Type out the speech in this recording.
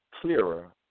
clearer